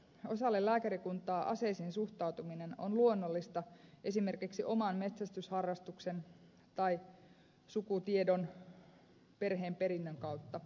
osalle lääkärikuntaa aseisiin suhtautuminen on luonnollista esimerkiksi oman metsästysharrastuksen tai sukutiedon perheen perinnän kautta